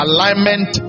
Alignment